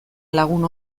lagun